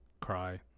cry